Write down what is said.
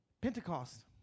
Pentecost